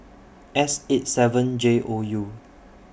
S eight seven J O U